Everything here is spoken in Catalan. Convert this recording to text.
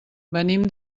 venim